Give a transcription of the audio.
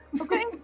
okay